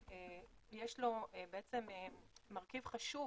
יש לו מרכיב חשוב